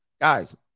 guys